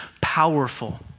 powerful